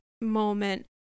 moment